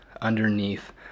underneath